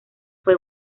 fue